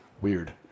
Weird